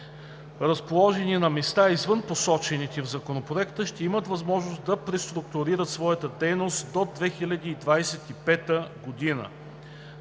разположени на места извън посочените в Законопроекта, ще имат възможност да преструктурират своята дейност до 2025 г.